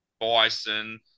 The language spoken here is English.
bison